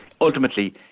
ultimately